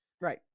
Right